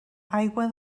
aigua